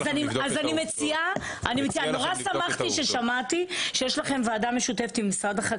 אז אני מציעה --- אני מציע לכם לבדוק את העובדות.